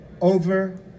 over